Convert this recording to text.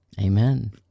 Amen